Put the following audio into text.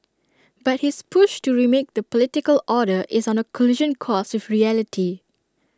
but his push to remake the political order is on A collision course with reality